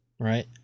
right